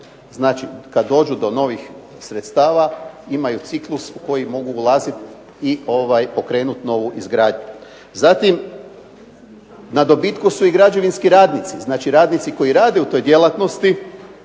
Znači kada dođu do novih sredstava imaju ciklus u koji mogu ulaziti i pokrenuti novu izgradnju. Zatim, na dobitku su i građevinski radnici, znači radnici koji rade u toj djelatnosti